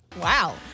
Wow